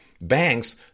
banks